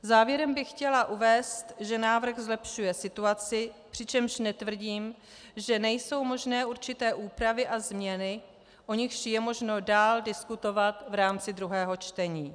Závěrem bych chtěla uvést, že návrh zlepšuje situaci, přičemž netvrdím, že nejsou možné určité úpravy a změny, o nichž je možno dál diskutovat v rámci druhého čtení.